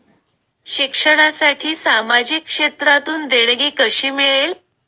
शिक्षणासाठी सामाजिक क्षेत्रातून देणगी कशी मिळेल?